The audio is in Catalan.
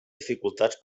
dificultats